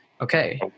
okay